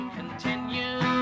continue